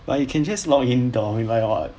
but you can just login to verify what